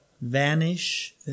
Vanish